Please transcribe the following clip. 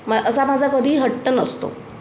म असा माझा कधी हट्ट नसतो